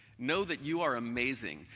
know that you are amazing,